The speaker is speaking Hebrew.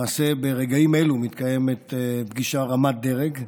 למעשה ברגעים אלו מתקיימת פגישה רמת דרג,